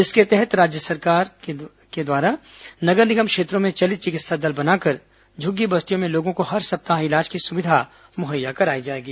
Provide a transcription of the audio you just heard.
इसके तहत राज्य सरकार द्वारा नगर निगम क्षेत्रों में चलित चिकित्सा दल बनाकर झुग्गी बस्तियों में लोगों को हर सप्ताह इलाज की सुविधा मुहैया कराई जाएगी